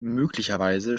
möglicherweise